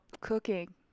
cooking